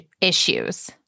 issues